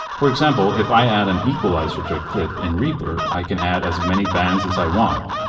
for example, if i add an equaliser to a clip in reaper i can add as many bands as i want.